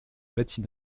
bâtie